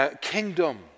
kingdom